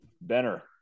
Benner